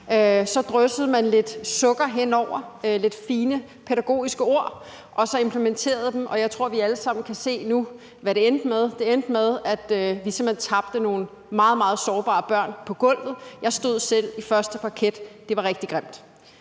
Så dryssede man lidt sukker hen over lidt fine pædagogiske ord, og så implementerede man den, og jeg tror, at vi alle sammen kan se nu, hvad det endte med, for det endte med, at vi simpelt hen tabte nogle meget, meget sårbare børn på gulvet. Jeg stod selv i første parket – det var rigtig grimt.